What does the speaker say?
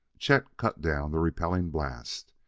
chet cut down the repelling blast.